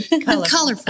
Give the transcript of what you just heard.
Colorful